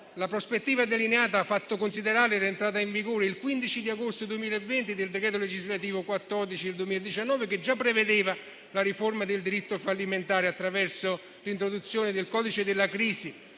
La prospettiva delineata ha fatto considerare l'entrata in vigore il 15 agosto 2020 del decreto legislativo n. 14 del 2019, che già prevedeva la riforma del diritto fallimentare attraverso l'introduzione del codice della crisi,